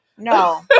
No